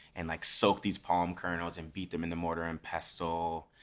and like soak these palm kernels and beat them in the mortar and pestle,